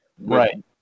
Right